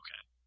Okay